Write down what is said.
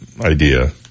idea